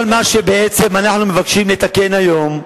כל מה שאנחנו מבקשים לתקן היום,